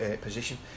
position